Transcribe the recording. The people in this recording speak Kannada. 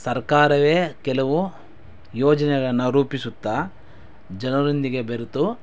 ಸರ್ಕಾರವೇ ಕೆಲವು ಯೋಜನೆಗಳನ್ನು ರೂಪಿಸುತ್ತಾ ಜನರೊಂದಿಗೆ ಬೆರೆತು